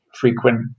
frequent